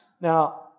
Now